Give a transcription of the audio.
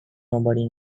nobody